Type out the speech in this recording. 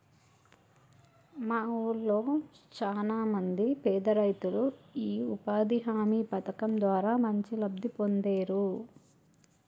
మా వూళ్ళో చానా మంది పేదరైతులు యీ ఉపాధి హామీ పథకం ద్వారా మంచి లబ్ధి పొందేరు